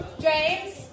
James